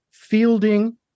fielding